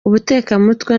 ubutekamutwe